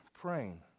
praying